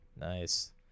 Nice